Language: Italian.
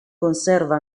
conserva